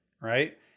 right